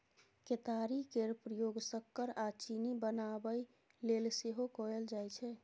केतारी केर प्रयोग सक्कर आ चीनी बनाबय लेल सेहो कएल जाइ छै